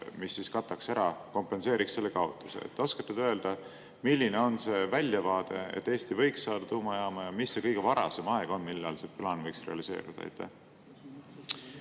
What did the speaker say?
mis siis kataks ära, kompenseeriks selle kaotuse. Oskate te öelda, milline on see väljavaade, et Eesti võiks saada tuumajaama, ja mis see kõige varasem aeg on, millal see plaan võiks realiseeruda?